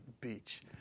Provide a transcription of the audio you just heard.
beach